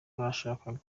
bashakaga